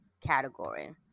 category